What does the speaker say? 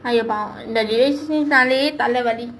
!aiyo! பாவம் இந்த:paavam intha J_C நாலே தலைவலி:naalae thalaivali